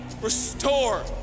restore